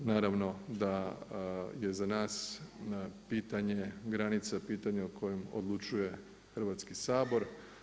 Naravno da je za nas na pitanje granice, pitanje o kojem odlučuje Hrvatski sabor.